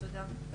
תודה.